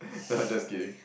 I'm just kidding